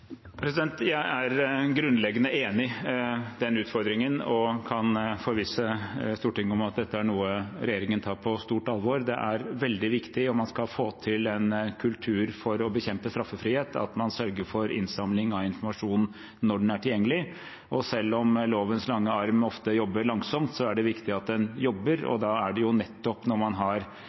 Jeg er grunnleggende enig når det gjelder den utfordringen, og jeg kan forvisse Stortinget om at dette er noe regjeringen tar på stort alvor. Det er veldig viktig om man skal få til en kultur for å bekjempe straffrihet, at man sørger for innsamling av informasjon når den er tilgjengelig. Og selv om lovens lange arm ofte jobber langsomt, er det viktig at den jobber. Det er jo nettopp når man har